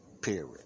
Period